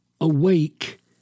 awake